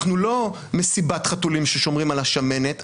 אנחנו לא מסיבת חתולים ששומרים על השמנת.